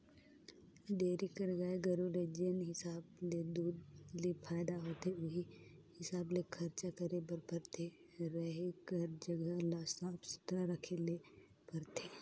dairy कर गाय गरू ले जेन हिसाब ले दूद ले फायदा होथे उहीं हिसाब ले खरचा करे बर परथे, रहें कर जघा ल साफ सुथरा रखे ले परथे